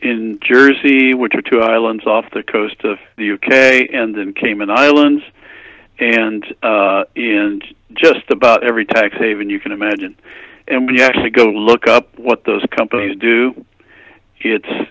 in jersey which are two islands off the coast of the u k and the cayman islands and and just about every tax haven you can imagine and when you actually go look up what those companies do